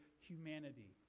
humanity